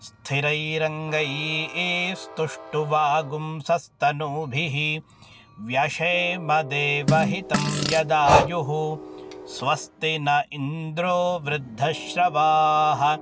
स्थिरैरङ्गैस्तुष्टुवागुंसस्तनूभिः व्यशेमदेवहितं यदायुः स्वस्ति न इन्द्रो वृद्धश्रवाः